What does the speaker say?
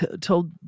told